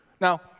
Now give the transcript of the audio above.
Now